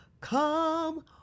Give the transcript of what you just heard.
come